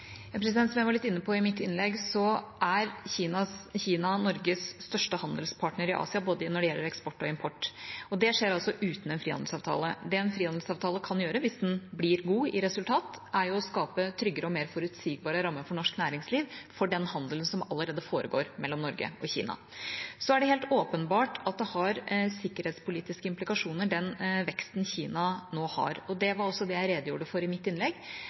Som jeg var litt inne på i mitt innlegg, er Kina Norges største handelspartner i Asia når det gjelder både eksport og import. Det skjer altså uten en frihandelsavtale. Det en frihandelsavtale kan gjøre, hvis den blir god i resultat, er å skape tryggere og mer forutsigbare rammer for norsk næringsliv for den handelen som allerede foregår mellom Norge og Kina. Så er det helt åpenbart at det har sikkerhetspolitiske implikasjoner, den veksten Kina nå har, og det var også det jeg redegjorde for i mitt innlegg.